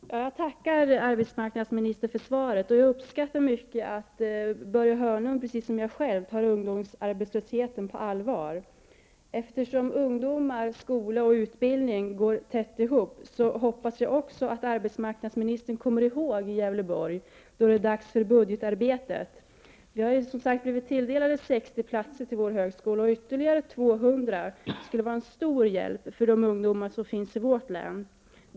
Herr talman! Jag tackar arbetsmarknadsministern för svaret. Jag uppskattar mycket att Börje Hörnlund precis som jag själv tar ungdomsarbetslösheten på allvar. Eftersom ungdomar, skola och utbildning hänger ihop, hoppas jag också att arbetsmarknadsministern kommer ihåg Gävleborg då det är dags för budgetarbetet. Vi har ju som sagt blivit tilldelade 60 platser till vår högskola, och ytterligare 200 skulle vara en stor hjälp för de ungdomar som finns i vårt län.